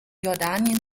jordanien